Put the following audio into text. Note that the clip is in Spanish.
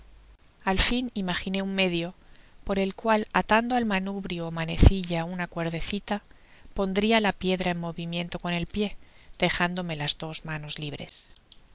al fin imaginé un medio por el cual atando al manubrio ó manecilla una cuerdecita pondria la piedra en movimiento con el pié dejándome las dos manos libres